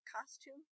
costume